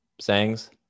sayings